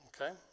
Okay